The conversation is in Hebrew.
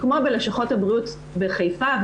כמו בלשכות הבריאות בחיפה,